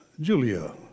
Julia